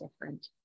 different